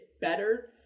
better